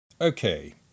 Okay